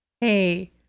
Hey